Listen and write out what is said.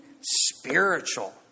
spiritual